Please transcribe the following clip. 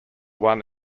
won